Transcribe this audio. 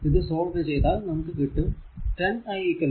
ഇത് സോൾവ് ചെയ്താൽ നമുക്ക് കിട്ടും 10 i 40